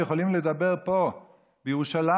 ויכולים לדבר פה בירושלים,